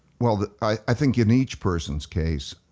well i think in each person's case,